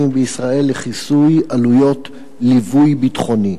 בישראל לכיסוי עלויות "ליווי ביטחוני".